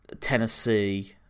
Tennessee